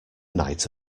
night